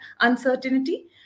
uncertainty